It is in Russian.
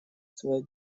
свое